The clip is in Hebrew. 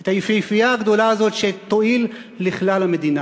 את היפהפייה הגדולה הזאת, שתועיל לכלל המדינה.